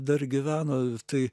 dar gyveno tai